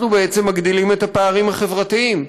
אנחנו בעצם מגדילים את הפערים החברתיים.